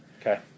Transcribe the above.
Okay